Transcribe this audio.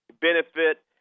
benefit